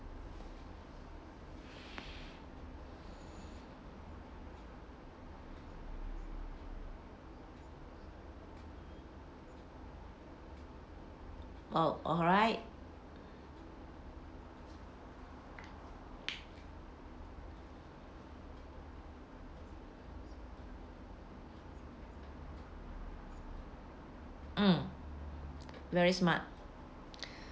oh alright mm very smart